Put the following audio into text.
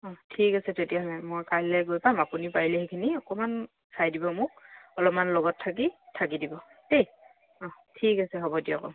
অঁ ঠিক আছে তেতিয়াহ'লে মই কাইলৈ গৈ পাম আপুনি পাৰিলে সেইখিনি অকণমান চাই দিব মোক অলপমান লগত থাকি থাকি দিব দেই অঁ ঠিক আছে হ'ব দিয়ক অঁ